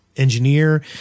engineer